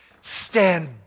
stand